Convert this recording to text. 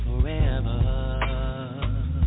forever